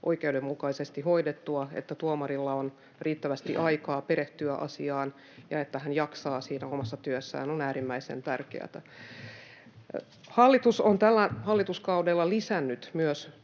oikeudenmukaisesti hoidettua, että tuomarilla on riittävästi aikaa perehtyä asiaan ja että hän jaksaa omassa työssään, on äärimmäisen tärkeätä. Hallitus on tällä hallituskaudella lisännyt myös